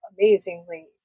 amazingly